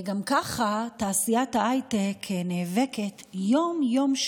גם ככה תעשיית הייטק נאבקת יום-יום,